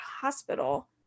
hospital